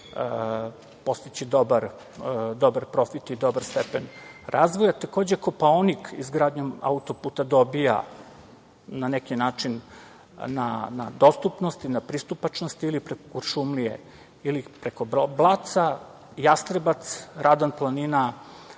se tu može postići dobar stepen razvoja. Takođe, Kopaonik izgradnjom auto-puta dobija na neki način na dostupnosti, na pristupačnosti, ili preko Kuršumlije, ili preko Blaca. Jastrebac, Radan planina